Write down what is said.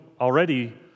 already